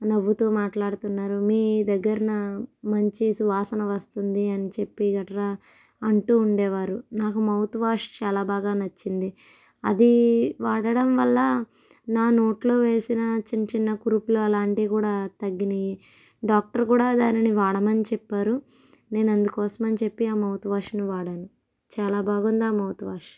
నవ్వుతూ మాట్లాడుతున్నారు మీ దగ్గర న మంచి సువాసన వస్తుంది అని చెప్పి గట్ర అంటూ ఉండేవారు నాకు మౌత్ వాష్ చాలా బాగా నచ్చింది అది వాడడం వల్ల నా నోట్లో వేసిన చిన్న చిన్న కురుపులు అలాంటివి కూడా తగ్గినయి డాక్టర్ కూడా దానిని వాడమని చెప్పారు నేను అందుకోసమని చెప్పి ఆ మౌత్ వాష్ ని వాడాను చాలా బాగుంది ఆ మౌత్ వాష్